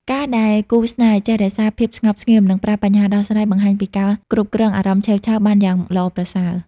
ការដែលគូស្នេហ៍ចេះ "រក្សាភាពស្ងប់ស្ងៀម និងប្រើបញ្ហាដោះស្រាយ" បង្ហាញពីការគ្រប់គ្រងអារម្មណ៍ឆេវឆាវបានយ៉ាងល្អប្រសើរ។